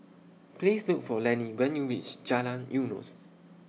Please Look For Lenny when YOU REACH Jalan Eunos